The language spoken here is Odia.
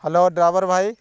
ହେଲୋ ଡ୍ରାଇଭର୍ ଭାଇ